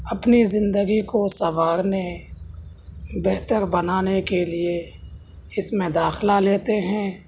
اپنی زندگی کو سنوارنے بہتر بنانے کے لیے اس میں داخلہ لیتے ہیں